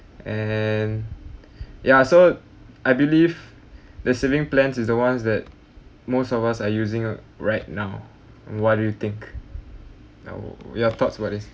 and ya so I believe the saving plans is the ones that most of us are using uh right now what do you think oo your thoughts about this